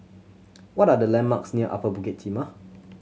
what are the landmarks near Upper Bukit Timah